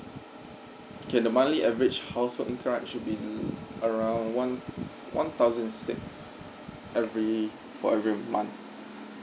okay the monthly average household income right should be mm around one one thousand six every for every month